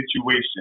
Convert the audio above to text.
situation